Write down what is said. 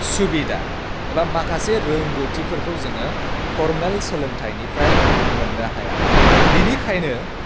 सुबिदा एबा माखासे रोंगौथिफोरखौ जोङो फर्मेल सोलोंथाइनिफ्राय मोननो हाया बिनिखायनो